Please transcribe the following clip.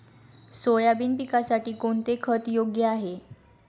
Soybean पिकासाठी कोणते खत योग्य आहे?